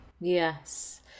yes